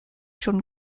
schon